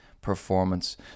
performance